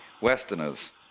Westerners